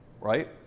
Right